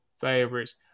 favorites